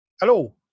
Hello